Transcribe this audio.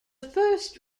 first